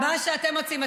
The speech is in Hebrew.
אני, מה שאתם מציעים.